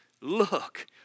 look